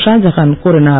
ஷாஜஹான் கூறினார்